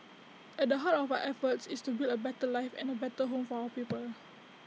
at the heart of our efforts is to build A better life and A better home for our people